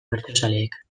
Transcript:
bertsozaleak